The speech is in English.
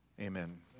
Amen